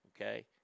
Okay